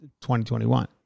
2021